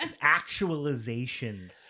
actualization